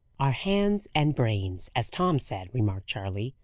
our hands and brains, as tom said, remarked charley.